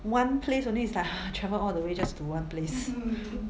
one place only it's like travel all the way just to one place